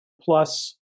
plus